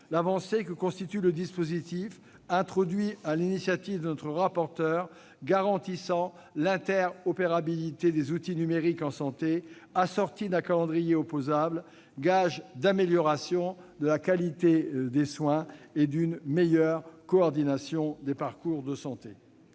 l'avancée que constitue le dispositif, introduit sur l'initiative du rapporteur, garantissant l'interopérabilité des outils numériques en santé, assorti d'un calendrier opposable, gage d'amélioration de la qualité des soins et d'une meilleure coordination des parcours de santé.